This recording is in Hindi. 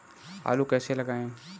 आलू कैसे लगाएँ?